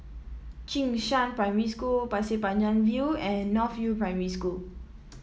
Jing Shan Primary School Pasir Panjang View and North View Primary School